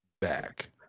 back